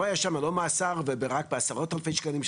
היה שם לא מאסר ורק בעשרות אלפי שקלים,